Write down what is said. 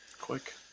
quick